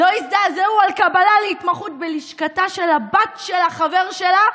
לא הזדעזעו על קבלה להתמחות בלשכתה של הבת של החבר שלה,